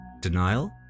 Denial